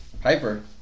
Piper